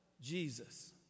Jesus